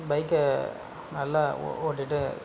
பைக்கை நல்லா ஓ ஓட்டிகிட்டு